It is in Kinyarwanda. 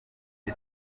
y’i